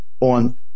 on